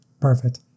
Perfect